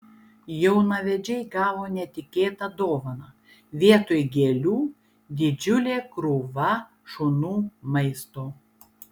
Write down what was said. jaunavedžiai gavo netikėtą dovaną vietoj gėlių didžiulė krūva šunų maisto